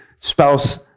spouse